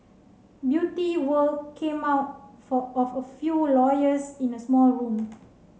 Beauty World came out for of a few lawyers in a small room